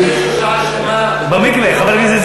יש לי שעה שלמה, במקווה.